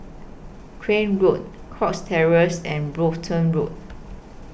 Crane Road Cox Terrace and Brompton Road